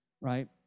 right